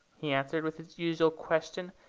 he answered with his usual question,